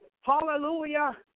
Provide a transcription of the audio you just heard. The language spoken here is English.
hallelujah